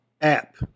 app